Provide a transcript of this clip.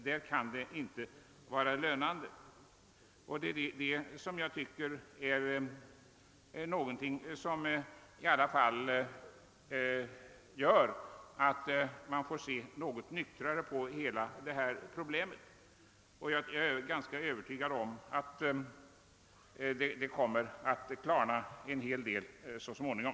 Här kan det inte vara lönande att driva en sådan produktion. Det tycker jag är någonting som i alla fall motiverar att man ser något nyktrare på hela detta problem. Jag är som sagt ganska övertygad om att det kommer att klarna en hel del så småningom.